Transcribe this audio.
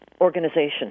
organization